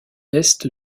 est